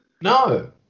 No